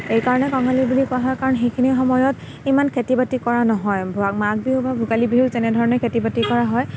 এই কাৰণে কঙালী বুলি কোৱা হয় কাৰণ সেইখিনি সময়ত ইমান খেতি বাতি কৰা নহয় ব মাঘ বিহু বা ভোগালী বিহু যেনে ধৰণে খেতি বাতি কৰা হয়